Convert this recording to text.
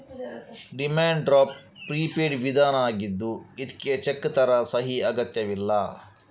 demand draft prepaid ವಿಧಾನ ಆಗಿದ್ದು ಇದ್ಕೆ ಚೆಕ್ ತರ ಸಹಿ ಅಗತ್ಯವಿಲ್ಲ